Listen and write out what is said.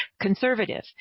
conservative